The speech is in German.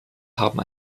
haben